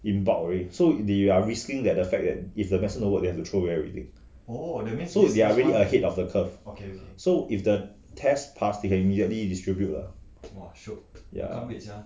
in bulk already so they are risking that the fact that if the medicine don't work they have to throw away everything so they are really ahead of the curve so if the test pass they may immediately distribute ah ya